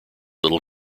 little